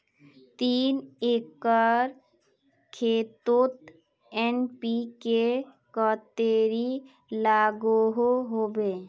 तीन एकर खेतोत एन.पी.के कतेरी लागोहो होबे?